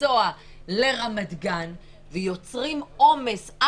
לגבי עסקים שהם קטנים יותר רצינו שזה יישאר וולונטרי,